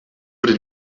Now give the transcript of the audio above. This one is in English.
could